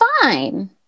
fine